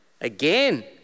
Again